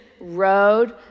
road